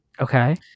Okay